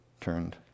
turned